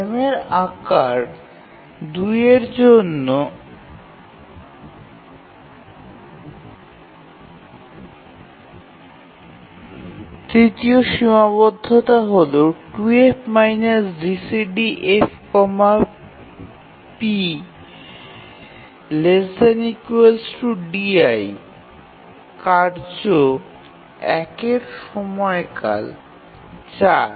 ফ্রেমের আকার ২এর জন্য তৃতীয় সীমাবদ্ধতা হল 2F GCDF p1 ≤ di কার্য ১এর সময়কাল ৪